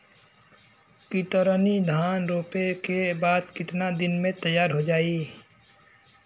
कतरनी धान रोपे के बाद कितना दिन में तैयार होई?